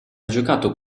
giocato